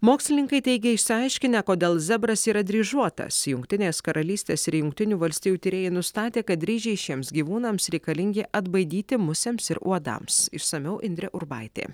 mokslininkai teigia išsiaiškinę kodėl zebras yra dryžuotas jungtinės karalystės ir jungtinių valstijų tyrėjai nustatė kad dryžiai šiems gyvūnams reikalingi atbaidyti musėms ir uodams išsamiau indrė urbaitė